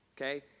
okay